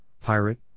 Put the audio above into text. Pirate